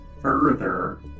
further